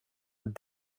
het